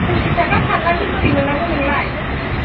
फसिस थाखा फारलानि बोरै मोननांगौ नोंलाय